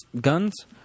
guns